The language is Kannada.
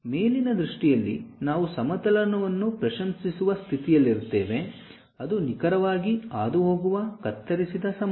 ಮೇಲಿನ ದೃಷ್ಟಿಯಲ್ಲಿ ನಾವು ಸಮತಲವನ್ನು ಪ್ರಶಂಸಿಸುವ ಸ್ಥಿತಿಯಲ್ಲಿರುತ್ತೇವೆ ಅದು ನಿಖರವಾಗಿ ಹಾದುಹೋಗುವ ಕತ್ತರಿಸಿದ ಸಮತಲ